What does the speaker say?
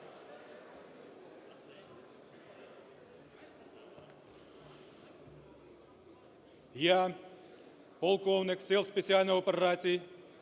Я, полковник Сил спеціальних операцій